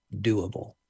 doable